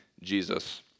Jesus